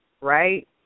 right